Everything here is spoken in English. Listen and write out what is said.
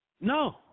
No